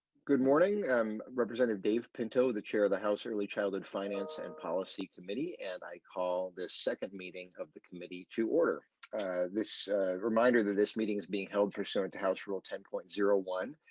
good morning. and representative dave pinto the chair of the house early childhood finance and policy committee and i called this second meeting of the committee to order this reminder that this meeting is being held for short house rule ten point zero one.